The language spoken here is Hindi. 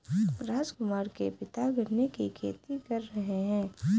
राजकुमार के पिता गन्ने की खेती कर रहे हैं